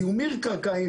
זיהומים קרקעיים